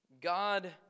God